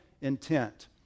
intent